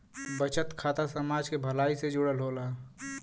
बचत खाता समाज के भलाई से जुड़ल होला